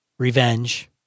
Revenge